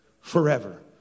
forever